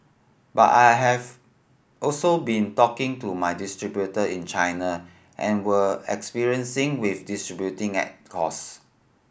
but I have also been talking to my distributor in China and we're experiencing with distributing at cost